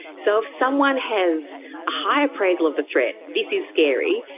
so if someone has a high appraisal of the threat, this is scary,